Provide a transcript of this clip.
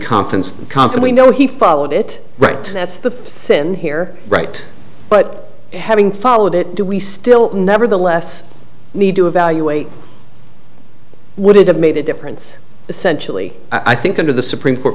conference company no he followed it right that's the sin here right but having followed it do we still nevertheless need to evaluate would it have made a difference essentially i think under the supreme court